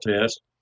test